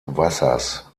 wassers